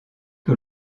que